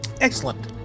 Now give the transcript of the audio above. Excellent